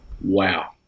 wow